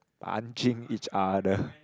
punching each other